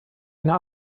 einer